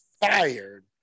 fired